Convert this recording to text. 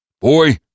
Boy